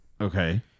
Okay